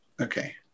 Okay